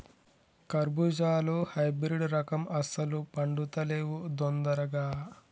కర్బుజాలో హైబ్రిడ్ రకం అస్సలు పండుతలేవు దొందరగా